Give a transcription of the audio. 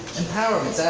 empowerment?